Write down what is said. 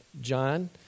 John